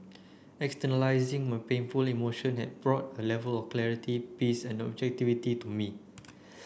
externalizing my painful emotion had brought A Level of clarity peace and objectivity to me